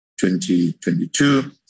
2022